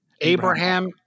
Abraham